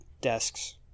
desks